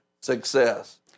success